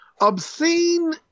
obscene